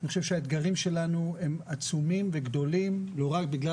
אני חושב שהאתגרים שלנו הם עצומים וגדולים לא רק בגלל